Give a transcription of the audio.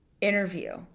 interview